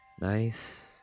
Nice